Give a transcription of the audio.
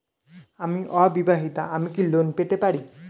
আমি অবিবাহিতা আমি কি লোন পেতে পারি?